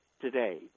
today